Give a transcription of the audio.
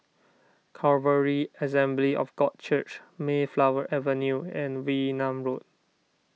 Calvary Assembly of God Church Mayflower Avenue and Wee Nam Road